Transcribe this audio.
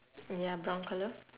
ya brown colour